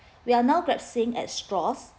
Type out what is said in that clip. we are now grasping at straws